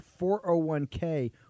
401k